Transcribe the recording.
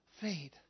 fade